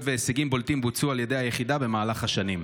4. אילו פעילויות והישגים בולטים בוצעו על ידי היחידה במהלך השנים?